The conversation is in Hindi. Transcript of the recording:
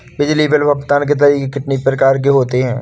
बिजली बिल भुगतान के तरीके कितनी प्रकार के होते हैं?